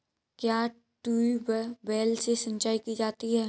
क्या ट्यूबवेल से सिंचाई की जाती है?